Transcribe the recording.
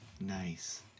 Nice